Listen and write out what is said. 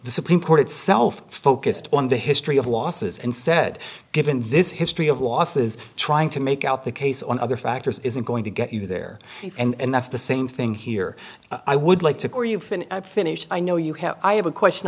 the supreme court itself focused on the history of losses and said given this history of losses trying to make out the case on other factors isn't going to get you there and that's the same thing here i would like to call you finish i know you have i have a question